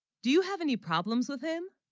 do you have any problems with him